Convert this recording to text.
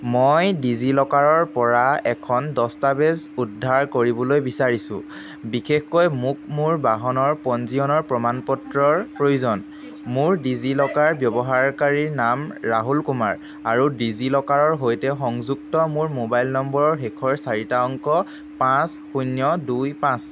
মই ডিজিলকাৰৰ পৰা এখন দস্তাবেজ উদ্ধাৰ কৰিবলৈ বিচাৰিছোঁ বিশেষকৈ মোক মোৰ বাহনৰ পঞ্জীয়নৰ প্ৰমাণপত্ৰৰ প্ৰয়োজন মোৰ ডিজিলকাৰ ব্যৱহাৰকাৰীৰ নাম ৰাহুল কুমাৰ আৰু ডিজিলকাৰৰ সৈতে সংযুক্ত মোৰ মোবাইল নম্বৰৰ শেষৰ চাৰিটা অংক পাঁচ শূন্য দুই পাঁচ